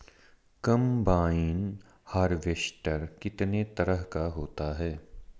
Combine harvester कितने तरह का होता है?